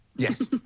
Yes